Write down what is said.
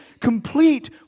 complete